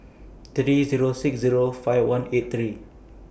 three Zero six Zero five one eight three